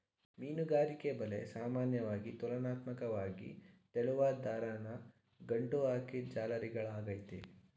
ಮೀನುಗಾರಿಕೆ ಬಲೆ ಸಾಮಾನ್ಯವಾಗಿ ತುಲನಾತ್ಮಕ್ವಾಗಿ ತೆಳುವಾದ್ ದಾರನ ಗಂಟು ಹಾಕಿದ್ ಜಾಲರಿಗಳಾಗಯ್ತೆ